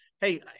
Hey